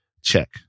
check